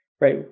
right